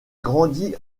grandi